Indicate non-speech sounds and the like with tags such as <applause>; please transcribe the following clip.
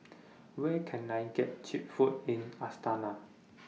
<noise> Where Can I get Cheap Food in Astana <noise>